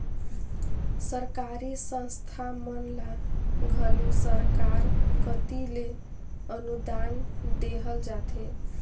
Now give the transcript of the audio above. सरकारी संस्था मन ल घलो सरकार कती ले अनुदान देहल जाथे